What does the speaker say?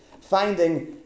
Finding